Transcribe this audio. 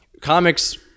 comics